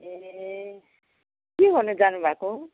ए के गर्नु जानुभएको